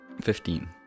Fifteen